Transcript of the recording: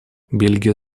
бельгия